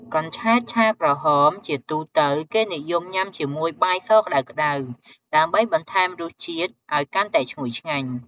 កញ្ឆែតឆាក្រហម ជាទូទៅគេនិយមញ៉ាំជាមួយ បាយស ក្តៅៗ ដើម្បីបន្ថែមរសជាតិឲ្យកាន់តែឈ្ងុយឆ្ងាញ់។